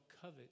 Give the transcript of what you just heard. covet